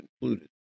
included